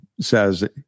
says